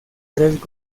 tres